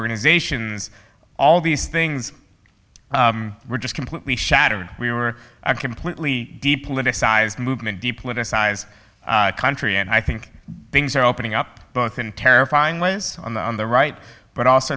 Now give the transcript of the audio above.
organizations all these things were just completely shattered we were a completely deep politicized movement deep politicized country and i think things are opening up both in terrifying ways on the right but also